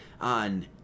on